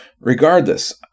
Regardless